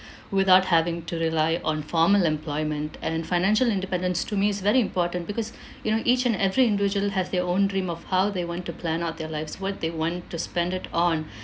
without having to rely on formal employment and financial independence to me is very important because you know each and every individual has their own dream of how they want to plan out their lives what they want to spend it on